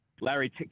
Larry